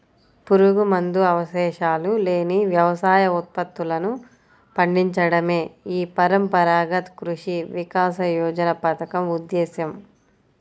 పురుగుమందు అవశేషాలు లేని వ్యవసాయ ఉత్పత్తులను పండించడమే ఈ పరంపరాగత కృషి వికాస యోజన పథకం ఉద్దేశ్యం